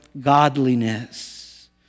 godliness